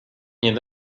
yedi